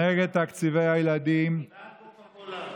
נגד תקציבי הילדים, בעד קוקה קולה,